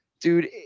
dude